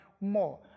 more